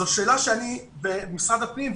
זו שאלה שאני במשרד הפנים,